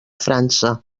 frança